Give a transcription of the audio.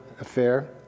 affair